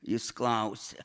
jis klausia